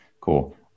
Cool